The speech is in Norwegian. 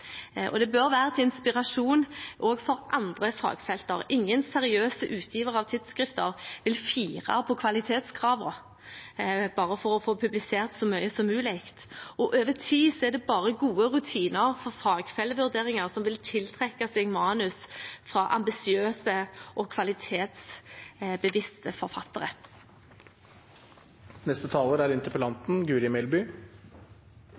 og det bør være til inspirasjon for andre fagfelter. Ingen seriøse utgivere av tidsskrifter vil fire på kvalitetskravene bare for å få publisert så mye som mulig. Over tid er det bare gode rutiner for fagfellevurdering som vil tiltrekke seg manus fra ambisiøse og kvalitetsbevisste forfattere.